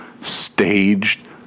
staged